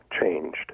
changed